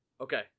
Okay